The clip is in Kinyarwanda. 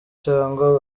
cyangwa